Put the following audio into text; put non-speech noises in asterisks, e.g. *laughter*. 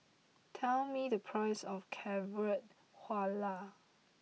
tell me the price of Carrot *unintelligible*